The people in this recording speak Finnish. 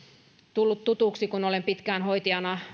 tullut tutuksi kun olen pitkään hoitajana